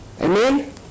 Amen